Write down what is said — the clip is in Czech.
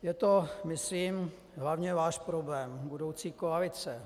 Je to myslím hlavně váš problém, budoucí koalice.